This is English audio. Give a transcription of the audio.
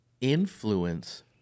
influence